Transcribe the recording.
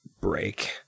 break